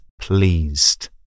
pleased